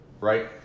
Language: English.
right